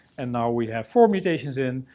and now we have four mutations in.